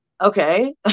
okay